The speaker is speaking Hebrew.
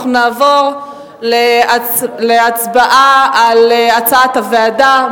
אנחנו נעבור להצבעה על הצעת הוועדה.